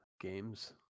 games